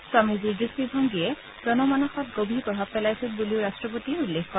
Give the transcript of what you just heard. স্বামীজীৰ দৃষ্টিভংগীয়ে জনমানসত গভীৰ প্ৰভাৱ পেলাইছিল বুলিও ৰাট্টপতিয়ে উল্লেখ কৰে